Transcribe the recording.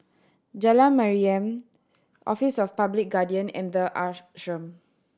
Jalan Mariam Office of Public Guardian and The Ashram